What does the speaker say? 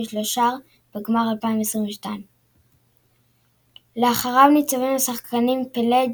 ושלושער בגמר 2022. לאחריו ניצבים השחקנים פלה,